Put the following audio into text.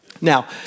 Now